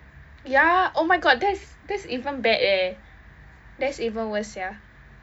ya oh my god that's that's even bad eh that's even worse sia